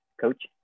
coach